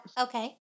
Okay